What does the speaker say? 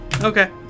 Okay